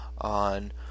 on